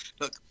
look